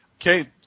Okay